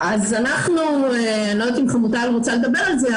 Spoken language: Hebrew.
אני לא יודעת אם חמוטל רוצה לדבר על זה,